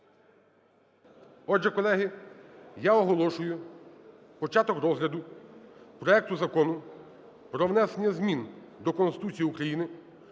Отже, колеги, я оголошую початок розгляду проекту Закону про внесення змін до Конституції України